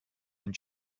ein